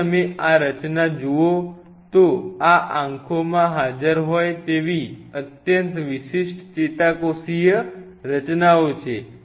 જો તમે આ રચનાને જુઓ તો આ આંખોમાં હાજર હોય તેવી અત્યંત વિશિષ્ટ ચેતાકોષીય રચનાઓ છે